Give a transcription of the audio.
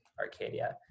Arcadia